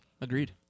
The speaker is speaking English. Agreed